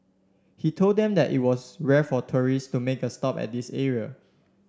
he told them that it was rare for tourist to make a stop at this area